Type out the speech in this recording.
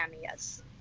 yes